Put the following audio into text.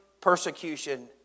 persecution